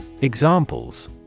Examples